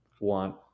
want